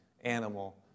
animal